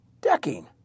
decking